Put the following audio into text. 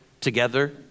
together